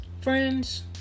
Friends